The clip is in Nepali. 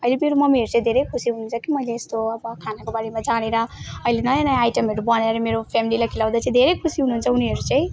मेरो मम्मीहरू चाहिँ धेरै खुसी हुनुहुन्छ कि मैले यस्तो अब खानाको बारेमा जानेर अहिले नयाँ नयाँ आइटमहरू बनाएर मेरो फ्यामिलीलाई खुवाउँदा चाहिँ धेरै खुसी हुनुहुन्छ उनीहरू चाहिँ